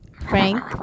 frank